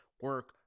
Work